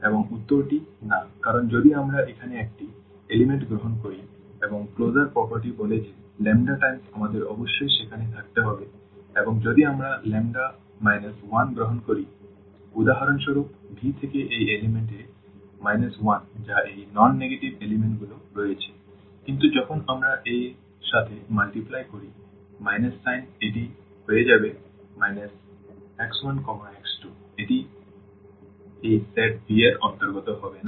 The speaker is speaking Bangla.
এবং উত্তর টি না কারণ যদি আমরা এখানে একটি উপাদান গ্রহণ করি এবং ক্লোজার প্রপার্টি বলে যে টাইমস আমাদের অবশ্যই সেখানে থাকতে হবে এবং যদি আমরা ল্যাম্বডা মাইনাস 1 গ্রহণ করি উদাহরণস্বরূপ V থেকে এই উপাদান এ 1 যা এই non negative উপাদানগুলি রয়েছে কিন্তু যখন আমরা এই সাথে গুণ করি সাইন এটি হয়ে যাবে x1x2 এবং এটি এই সেট V এর অন্তর্গত হবে না